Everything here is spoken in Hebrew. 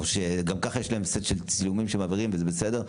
או שגם ככה יש להם סט של צילומים שהם מעבירים וזה בסדר,